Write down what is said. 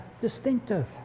distinctive